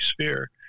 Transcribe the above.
sphere